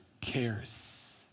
cares